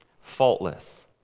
faultless